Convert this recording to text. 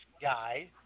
guy